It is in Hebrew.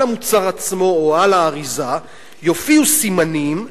על המוצר עצמו או על האריזה יופיעו סימנים,